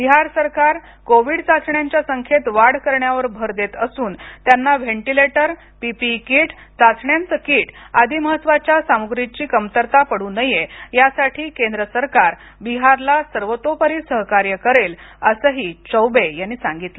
बिहार सरकार कोविड चाचण्यांच्या संख्येत वाढ करण्यावर भर देत असून त्यांना व्हेंटईलेटर पीपई किट चाचण्यांचे किट आदि महत्त्वाच्या सामुग्रीची कमतरता पडू नये यासाठी केंद्र सरकार बिहारला सर्वतोपरी सहकार्य करेल असंही चौबे यांनी सांगितलं